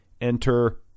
enter